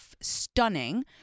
stunning